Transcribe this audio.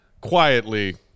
quietly